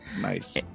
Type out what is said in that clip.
Nice